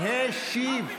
השיב.